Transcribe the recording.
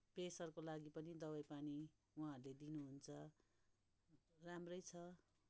प्रेसरको लागि पनि दबई पानी उहाँहरूले दिनुहुन्छ राम्रै छ